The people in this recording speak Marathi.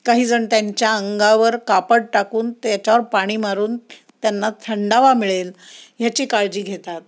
काहीजण त्यांच्या अंगावर कापड टाकून त्याच्यावर पाणी मारून त्यांना थंडावा मिळेल ह्याची काळजी घेतात